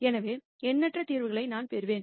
எனவே எண்ணற்ற தீர்வுகளை நான் பெறுவேன்